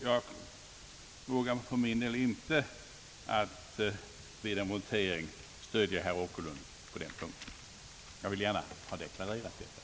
Jag vågar därför för min del inte vid en eventuell votering stödja herr Åkerlund på den punkten, och jag vill gärna ha deklarerat detta.